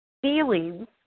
Feelings